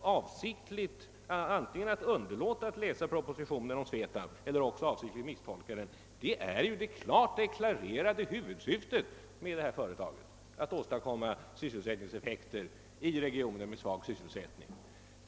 förstå detta har man underlåtit att läsa propositionen om SVETAB eller avsiktligt misstolkat den. Det är ju det klart deklarerade huvudsyftet med detta företag att åstadkomma sysselsättningseffekter i regioner med svag sysselsättning.